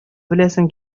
беләсең